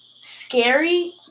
scary